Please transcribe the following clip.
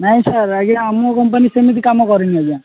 ନାଇଁ ସାର୍ ଆଜ୍ଞା ଆମ କଂପାନୀ ସେମିତି କାମ କରେନି ଆଜ୍ଞା